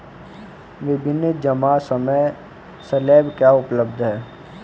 विभिन्न जमा समय स्लैब क्या उपलब्ध हैं?